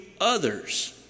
others